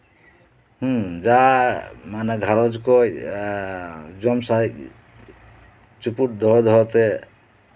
ᱦᱮᱸ ᱡᱟᱸᱦᱟ ᱜᱷᱟᱸᱨᱚᱧᱡᱽ ᱠᱷᱚᱱ ᱡᱚᱢ ᱥᱟᱨᱮᱡ ᱪᱩᱯᱩᱫ ᱫᱚᱦᱚ ᱫᱚᱦᱚᱛᱮ